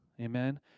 amen